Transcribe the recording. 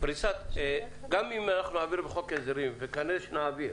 גם אם אנחנו נעביר בחוק ההסדרים, וכנראה שנעביר,